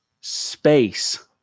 space